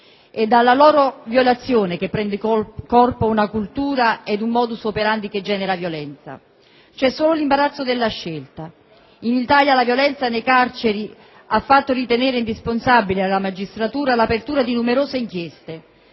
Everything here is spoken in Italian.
È dalla loro violazione che prende corpo una cultura ed un *modus operandi* che genera violenza. C'è solo l'imbarazzo della scelta. In Italia la violenza nelle carceri ha fatto ritenere indispensabile alla magistratura l'apertura di numerose inchieste.